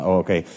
okay